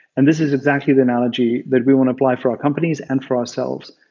and this is exactly the analogy that we want to apply for our companies and for ourselves.